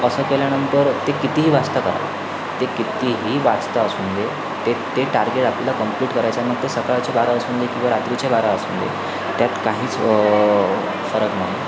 असं केल्यानंतर ते कितीही वाचतं करा ते कितीही वाचतं असू दे ते ते टारगेट आपल्याला कम्प्लीट करायचं आहे मग ते सकाळचे बारा असून दे किंवा रात्रीचे बारा असू दे त्यात काहीच फरक नाही